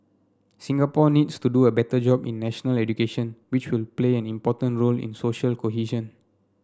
Singapore needs to do a better job in national education which will play an important role in social cohesion